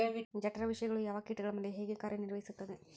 ಜಠರ ವಿಷಯಗಳು ಯಾವ ಕೇಟಗಳ ಮೇಲೆ ಹೇಗೆ ಕಾರ್ಯ ನಿರ್ವಹಿಸುತ್ತದೆ?